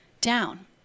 down